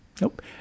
Nope